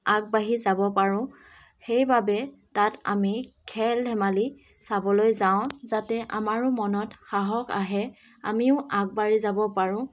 আগবাঢ়ি যাব পাৰোঁ সেইবাবে তাত আমি খেল ধেমালি চাবলৈ যাওঁ যাতে আমাৰো মনত সাহস আহে আমিও আগবাঢ়ি যাব পাৰোঁ